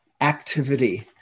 activity